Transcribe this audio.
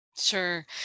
Sure